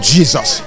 Jesus